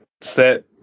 set